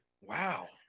wow